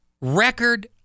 record